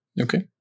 okay